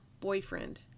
boyfriend